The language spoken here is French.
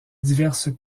diverses